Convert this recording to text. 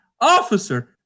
officer